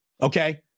Okay